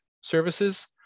services